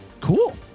cool